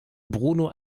bruno